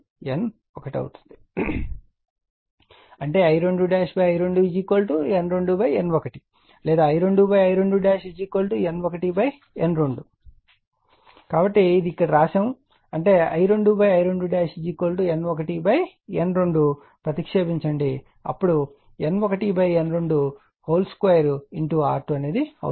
కాబట్టి ఇక్కడ వ్రాయబడినది అంటే ఇక్కడ I2 I2 N1 N2 అని ప్రతిక్షేపించండి అప్పుడుN1 N2 2 R2 అవుతుంది